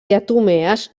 diatomees